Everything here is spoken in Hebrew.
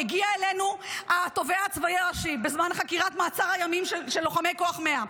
הגיע אלינו התובע הצבאי הראשי בזמן חקירת מעצר הימים של לוחמי כוח 100,